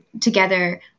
together